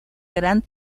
gran